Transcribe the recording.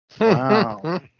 Wow